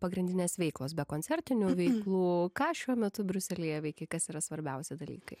pagrindinės veiklos be koncertinių veiklų ką šiuo metu briuselyje veiki kas yra svarbiausi dalykai